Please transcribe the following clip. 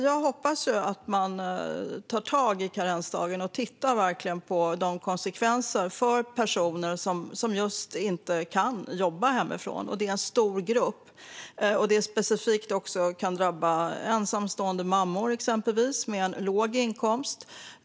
Jag hoppas att man tar tag i karensdagen och ser vilka konsekvenser den får för personer som inte kan jobba hemifrån, vilket är en stor grupp. Det drabbar särskilt ensamstående mammor med låg inkomst.